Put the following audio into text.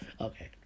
okay